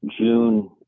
June